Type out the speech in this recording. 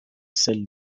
celle